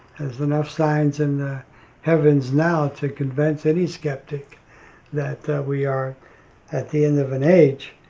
there's enough signs in the heavens now to convince any skeptic that we are at the end of an age.